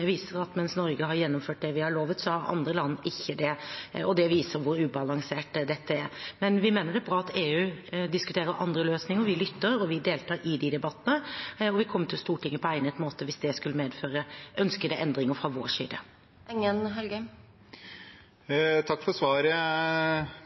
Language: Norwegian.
viser at mens Norge har gjennomført det vi har lovet, har andre land ikke gjort det, og det viser hvor ubalansert dette er. Men vi mener det er bra at EU diskuterer andre løsninger. Vi lytter, og vi deltar i de debattene. Vi kommer til Stortinget på egnet måte hvis det skulle medføre ønskede endringer fra vår